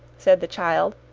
said the child,